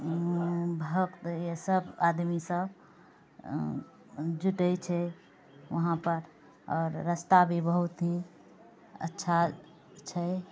भक्तसब आदमीसब जुटै छै वहाँपर आओर रस्ता भी बहुत ही अच्छा छै